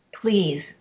please